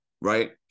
right